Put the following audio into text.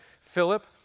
Philip